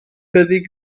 byddi